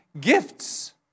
gifts